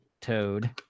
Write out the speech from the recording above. Toad